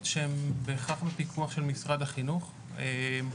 זה המצב כרגע לגבי העובדים, למעט